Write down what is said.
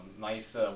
nice